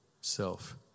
self